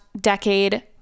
decade